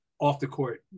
off-the-court